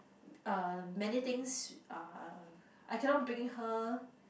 uh many things uh I cannot bring her